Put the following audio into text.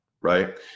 right